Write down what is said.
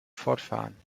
fortfahren